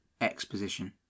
exposition